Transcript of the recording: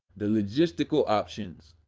the logistical options.